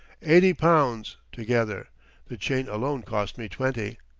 eighty pounds, together the chain alone cost me twenty.